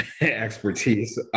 expertise